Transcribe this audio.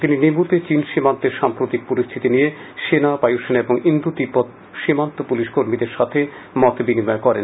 তিনি নিমু তে চিন সীমান্তের সাম্প্রতিক পরিস্থিতি নিয়ে সেনা বায়ুসেনা এবং ইন্দো তিব্বত সীমান্ত পুলিশ কর্মীদের সাথে মত বিনিময় করেন